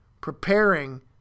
preparing